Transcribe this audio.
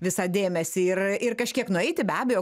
visą dėmesį ir ir kažkiek nueiti be abejo